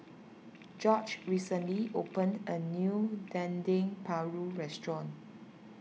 George recently opened a new Dendeng Paru Restaurant